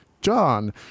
John